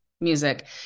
music